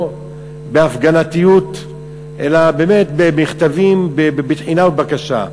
בהפגנתיות אלא באמת במכתבים ובתחינה ובבקשה.